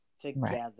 together